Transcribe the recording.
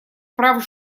прав